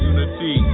Unity